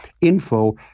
info